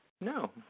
No